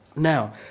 now